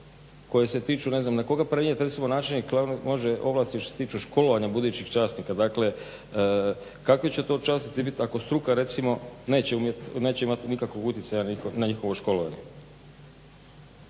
koje se tiču ne znam na koga prenijeti može recimo načelnik ovlasti što se tiče školovanja budućih časnika? Dakle, kakvi će to časnici biti ako struka recimo neće imati nikakvog utjecaja na njihovo školovanje?